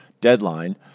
deadline